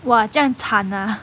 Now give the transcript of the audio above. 哇这样惨 ah